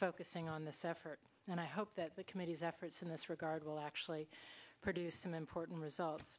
focusing on this effort and i hope that the committee's efforts in this regard will actually produce some important results